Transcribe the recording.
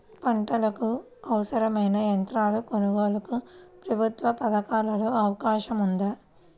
పంటకు అవసరమైన యంత్రాల కొనగోలుకు ప్రభుత్వ పథకాలలో అవకాశం ఉందా?